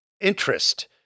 interest